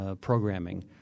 programming